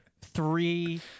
three